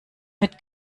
mit